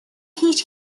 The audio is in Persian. هیچ